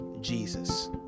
Jesus